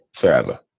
forever